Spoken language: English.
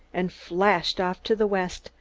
and flashed off to the west,